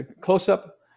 close-up